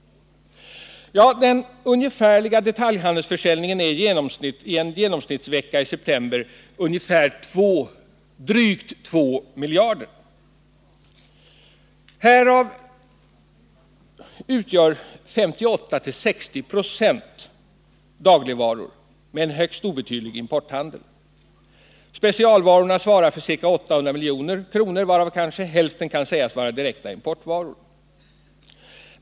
Den ungefärliga detaljhandelsförsäljningen i en genomsnittsvecka i september är drygt 2 miljarder kronor. Härav utgör 58-60 20 dagligvaror med en högst obetydlig importhandel. Specialvarorna svarar för ca 800 milj.kr., varav kanske hälften kan sägas vara direkta importvaror.